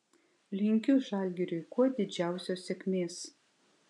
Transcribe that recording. linkiu žalgiriui kuo didžiausios sėkmės